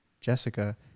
Jessica